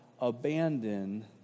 abandon